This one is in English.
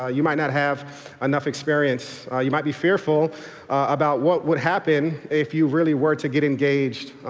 ah you might not have enough experience, you might be fearful about what would happen if you really were to get engaged.